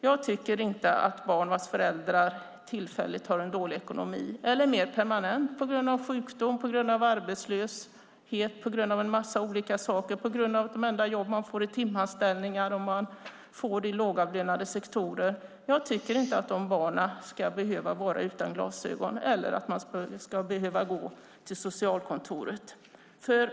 Jag tycker inte att barn vars föräldrar har en dålig ekonomi tillfälligt eller permanent på grund av sjukdom, arbetslöshet eller på grund av att de enda jobb de får är timanställning i lågavlönade sektorer ska behöva vara utan glasögon eller att föräldrarna ska behöva gå till socialkontoret.